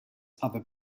other